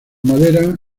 madera